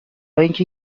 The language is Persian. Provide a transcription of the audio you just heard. اینکه